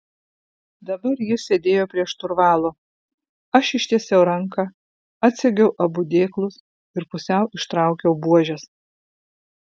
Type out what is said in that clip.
dabar jis sėdėjo prie šturvalo aš ištiesiau ranką atsegiau abu dėklus ir pusiau ištraukiau buožes